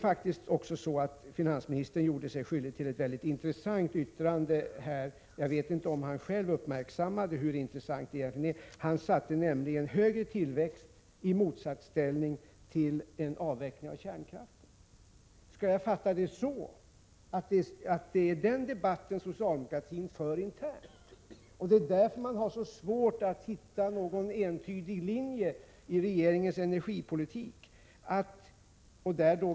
Finansministern gjorde faktiskt ett mycket intressant yttrande — jag vet inte om han själv uppmärksammade hur intressant det var — när han satte högre tillväxt i motsatsställning mot en avveckling av kärnkraften. Skall jag fatta det så att det är den debatten som socialdemokratin för internt och att det är därför som det är så svårt att hitta någon entydig linje i regeringens energipolitik?